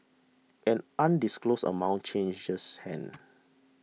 an undisclosed amount changes hands